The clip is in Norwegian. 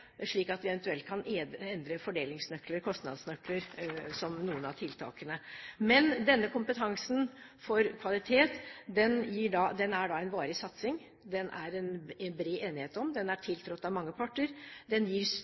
slik at vi eventuelt kan endre fordelingsnøkler, kostnadsnøkler, som noen av tiltakene. Men Kompetanse for kvalitet er en varig satsing. Den er det bred enighet om, den er tiltrådt av mange parter, den